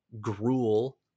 gruel